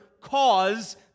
cause